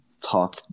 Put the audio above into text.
talk